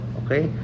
okay